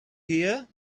here